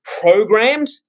programmed